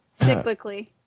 Cyclically